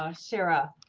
ah sarah.